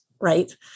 right